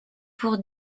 pour